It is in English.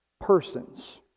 persons